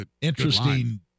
Interesting